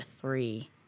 three